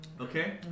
Okay